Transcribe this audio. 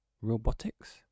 Robotics